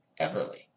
Everly